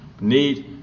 need